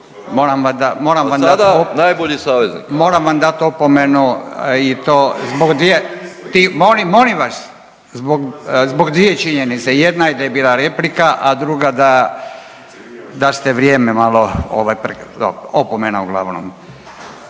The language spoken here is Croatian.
razumije./… opomenu i to zbog dvije, molim, molim vas, zbog dvije činjenice. Jedna je da je bila replika, a druga ste vrijeme malo ovaj dobro, opomena uglavnom.